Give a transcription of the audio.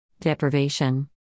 Deprivation